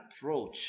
approach